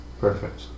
Perfect